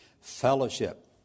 Fellowship